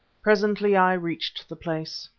presently i reached the place.